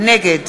נגד